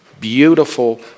beautiful